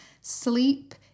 Sleep